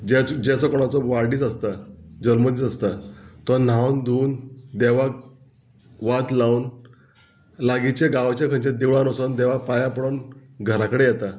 जेच जेचो कोणाचो वाडदीस आसता जल्मदीस आसता तो न्हांवन धुवन देवाक वात लावन लागींचे गांवच्या खंयच्या देवळान वचोन देवाक पांयां पडोन घराकडेन येता